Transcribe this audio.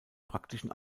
praktischen